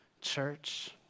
Church